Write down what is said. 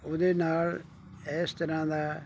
ਉਹਦੇ ਨਾਲ ਇਸ ਤਰ੍ਹਾਂ ਦਾ